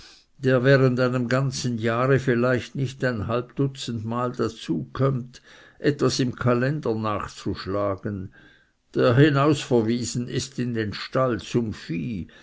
der während einem ganzen jahre vielleicht nicht ein halbdutzend male dazukömmt etwas im kalender nachzuschlagen der hinausverwiesen ist in den stall zum vieh